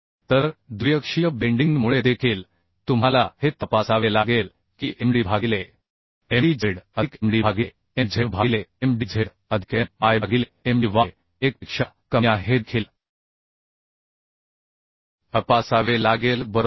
तर द्विअक्षीय बेंडिंग मुळे देखील तुम्हाला हे तपासावे लागेल की md भागिले mdz अधिक md भागिले mz भागिले mdz अधिक my भागिले mdy 1 पेक्षा कमी आहे हे देखील तपासावे लागेल बरोबर